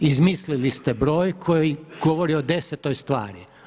Izmislili ste broj koji govori o desetoj stvari.